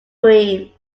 green